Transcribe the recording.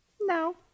No